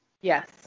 Yes